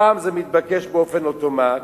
פעם זה מתבקש באופן אוטומטי,